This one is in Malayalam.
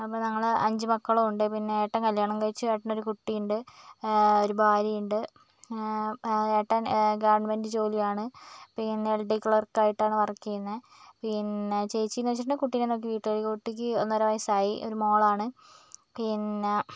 അപ്പോൾ ഞങ്ങൾ അഞ്ച് മക്കളുണ്ട് പിന്നെ ഏട്ടൻ കല്യാണം കഴിച്ചു ഏട്ടനൊരു കുട്ടിയുണ്ട് ഒരു ഭാര്യയുണ്ട് ഏട്ടൻ ഗവൺമെൻറ് ജോലിയാണ് പിന്നെ എൽ ഡി ക്ലർക്കായിട്ടാണ് വർക്ക് ചെയ്യുന്നത് പിന്നെ ചേച്ചിയെന്ന് വെച്ചിട്ടുണ്ടെങ്കിൽ കുട്ടിയെ നോക്കിവീട്ടിലിരിക്കുകയാണ് കുട്ടിക്ക് ഒന്നര വയസ്സായി ഒരു മോളാണ് പിന്നെ